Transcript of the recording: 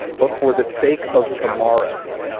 but for the sake of tomorrows.